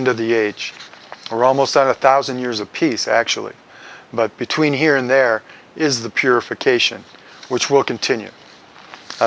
end of the age we're almost out of thousand years of peace actually but between here and there is the purification which will continue